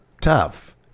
tough